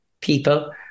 people